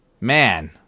Man